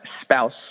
spouse